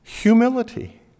Humility